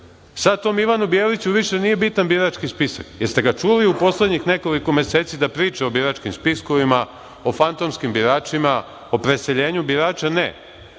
Sad tom Ivanu Bjeliću više nije bitan birački spisak. Jeste li ga čuli u poslednjih nekoliko meseci da priča o biračkim spiskovima, o fantomskim biračima, o preseljenju birača? Ne.